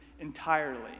entirely